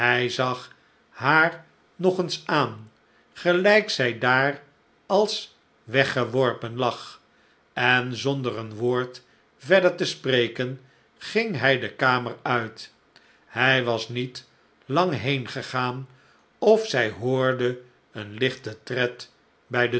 zag haar nog eens aan gelijk zij daar als weggeworpen lag en zonder een woord verder te spreken ging hij de kamer uit hij was niet lang heengegaan of zij hoorde een lichten tred bij de